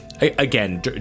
again